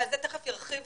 ועל זה תיכף ירחיבו,